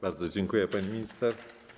Bardzo dziękuję, pani minister.